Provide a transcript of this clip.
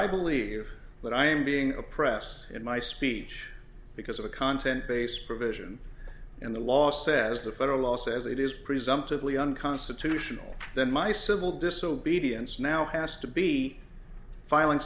i believe that i am being oppressed in my speech because of the content based provision in the law says the federal law says it is presumptively unconstitutional then my civil disobedience now has to be filing